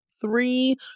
three